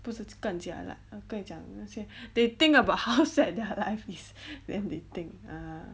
不是跟 jialat 跟你讲讲那些 they think about how sad their life is then they think ah